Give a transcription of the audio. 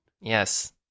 yes